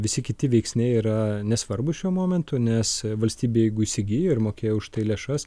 visi kiti veiksniai yra nesvarbūs šiuo momentu nes valstybė jeigu įsigijo ir mokėjo už tai lėšas